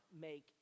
make